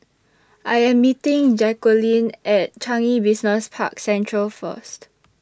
I Am meeting Jacquelin At Changi Business Park Central First